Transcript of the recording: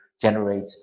generate